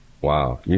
Wow